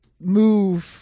move